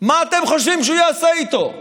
מה אתם חושבים שהוא יעשה איתו?